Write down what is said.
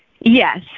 Yes